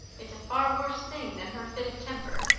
it's a far worse thing than her fit of temper.